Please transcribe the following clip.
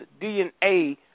DNA